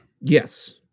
Yes